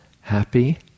happy